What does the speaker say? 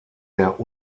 der